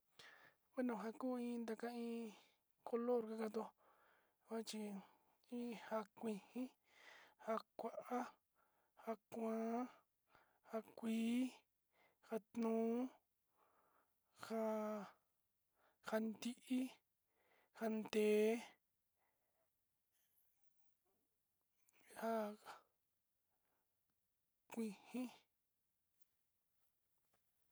Bueno nja kuu iin ndakain color ndatón, kuachi iin njukinjin nja kua, nja kuan, nja kuii, nja nuu, nja njan díí, njan té'e, nja kuíji.